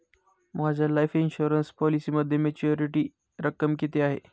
माझ्या life insurance पॉलिसीमध्ये maturity रक्कम किती आहे?